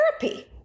therapy